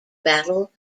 battle